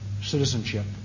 citizenship